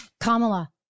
Kamala